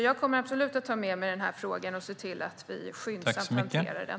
Jag kommer att ta med mig denna fråga och se till att vi skyndsamt hanterar den.